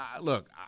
look